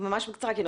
ח"כ קלנר ממש בקצרה.